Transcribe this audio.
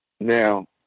Now